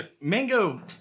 Mango